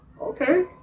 okay